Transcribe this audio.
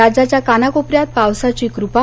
राज्याच्या कानाकोपऱ्यात पावसाची कृपा